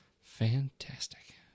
Fantastic